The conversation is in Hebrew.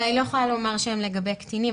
אבל אני לא יכולה לומר שהם לגבי קטינים,